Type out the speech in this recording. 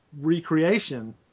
recreation